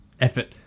effort